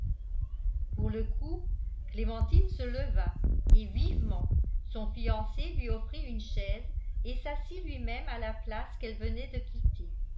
pour le coup clémentine se leva et vivement son fiancé lui offrit une chaise et s'assit lui-même à la place qu'elle venait de quitter